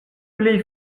pli